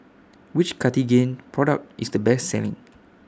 Which Cartigain Product IS The Best Selling